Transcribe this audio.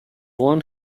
one